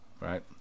right